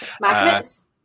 Magnets